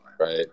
Right